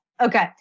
Okay